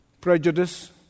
Prejudice